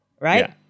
Right